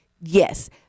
Yes